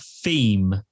theme